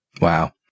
Wow